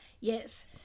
yes